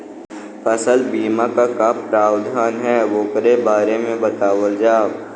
फसल बीमा क का प्रावधान हैं वोकरे बारे में बतावल जा?